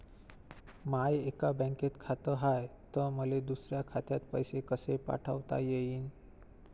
माय एका बँकेत खात हाय, त मले दुसऱ्या खात्यात पैसे कसे पाठवता येईन?